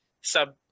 sub